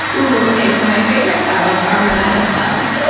ooh, okay. so my favorite clouds are mammatus clouds. what?